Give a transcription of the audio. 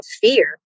fear